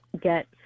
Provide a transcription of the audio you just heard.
get